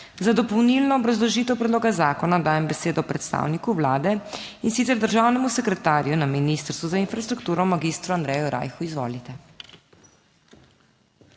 Za dopolnilno obrazložitev predloga zakona dajem besedo predstavniku Vlade, in sicer državnemu sekretarju na Ministrstvu za infrastrukturo magistru Andreju Rajhu. Izvolite.